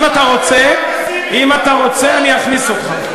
אבל אם אתה רוצה, אם אני רוצה אני אכניס אותך.